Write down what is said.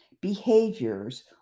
behaviors